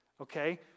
Okay